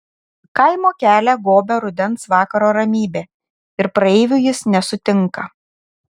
kaimo kelią gobia rudens vakaro ramybė ir praeivių jis nesutinka